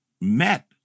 met